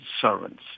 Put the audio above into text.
servants